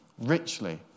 richly